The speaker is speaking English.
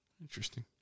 Interesting